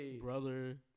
brother